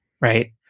Right